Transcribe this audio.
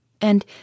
and